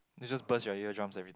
it just burst your eardrum every